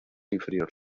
inferior